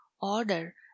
order